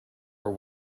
are